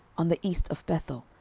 on the east of bethel,